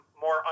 more